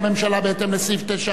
בהתאם לסעיף 9(א)(6)